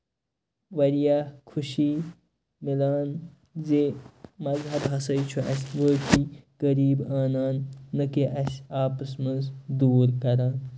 واریاہ خُشی مِلان زِ مَزہَب ہسا چھُ اَسہِ قریٖب اَنان نہ کہِ اَسہِ اَپَس منٛز دوٗر کران